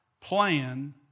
plan